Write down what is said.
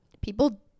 people